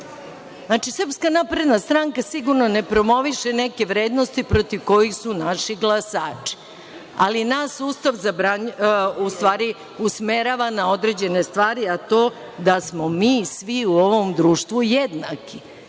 ovaj amandman. Znači, SNS sigurno ne promoviše neke vrednosti protiv kojih su naši glasači, ali nas Ustav usmerava na određene stvari, na to da smo svi mi u ovom društvu jednaki